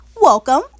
welcome